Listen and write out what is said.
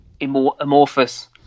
amorphous